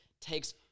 takes